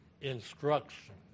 instruction